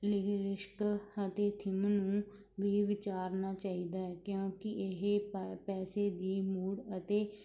ਲਿਸ਼ਕ ਅਤੇ ਥਿਮ ਨੂੰ ਵੀ ਵਿਚਾਰਨਾ ਚਾਹੀਦਾ ਕਿਉਂਕਿ ਇਹ ਪ ਪੈਸੇ ਦੀ ਮੂੜ ਅਤੇ